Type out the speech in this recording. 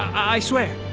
i swear.